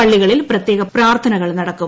പള്ളികളിൽ പ്രത്യേക പ്രാർത്ഥനകൾ നടക്കും